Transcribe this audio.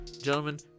gentlemen